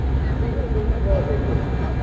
recruited from toronto district,